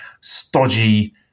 stodgy